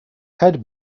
head